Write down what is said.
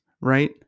right